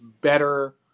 better